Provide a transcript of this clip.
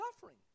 suffering